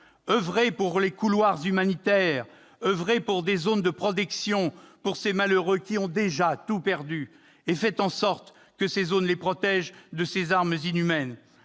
OEuvrez pour les couloirs humanitaires, oeuvrez pour des zones de protection en faveur de ces malheureux qui ont déjà tout perdu. Faites en sorte que ces zones les protègent de ces armes inhumaines.